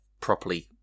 properly